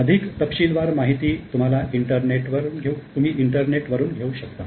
अधिक तपशीलवार माहिती तुम्ही इंटरनेटवर घेऊ शकता